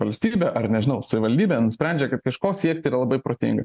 valstybė ar nežinau savivaldybė nusprendžia kad kažko siekti yra labai protinga